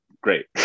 Great